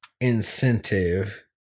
incentive